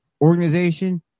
organization